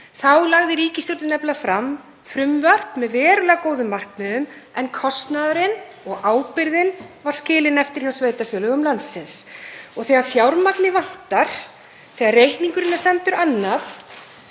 Þá lagði ríkisstjórnin nefnilega fram frumvörp með verulega góðum markmiðum en kostnaðurinn og ábyrgðin var skilin eftir hjá sveitarfélögum landsins. Þegar fjármagnið vantar, þegar reikningurinn er sendur annað,